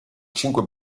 cinque